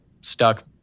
stuck